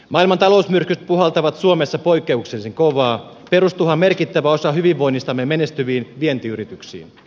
maailman talousmyrskyt puhaltavat suomessa poikkeuksellisen kovaa perustuuhan merkittävä osa hyvinvoinnistamme menestyviin vientiyrityksiin